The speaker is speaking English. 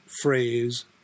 phrase